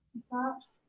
that.